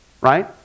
Right